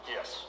Yes